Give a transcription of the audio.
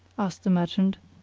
asked the merchant,